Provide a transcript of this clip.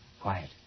Quiet